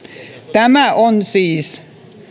tämä on siis